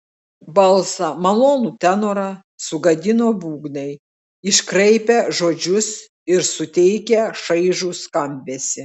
balsą malonų tenorą sugadino būgnai iškraipę žodžius ir suteikę šaižų skambesį